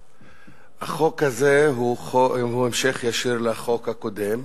החוק הזה הוא המשך ישיר לחוק הקודם,